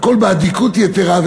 הכול באדיקות יתרה.